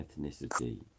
ethnicity